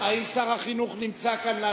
האם שר החינוך נמצא כאן להשיב?